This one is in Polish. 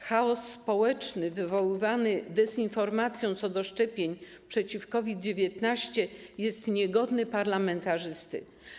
Chaos społeczny wywoływany dezinformacją co do szczepień przeciw COVID-19 jest niegodny parlamentarzysty.